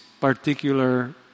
particular